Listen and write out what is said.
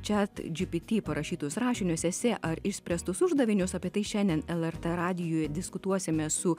chatgpt parašytus rašinius esė ar išspręstus uždavinius apie tai šiandien lrt radijui diskutuosime su